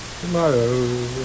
Tomorrow